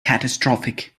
catastrophic